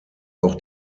auch